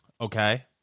Okay